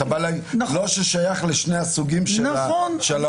אתה בא להגיד: לא שייך לשני הסוגים של האוכלוסיות.